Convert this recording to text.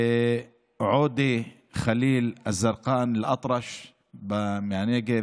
עודה חליל עזארכאן אל-אטרש מהנגב,